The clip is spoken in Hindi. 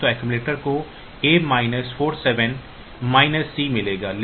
तो अक्सुमुलेटर को A minus 4F minus C मिलेगा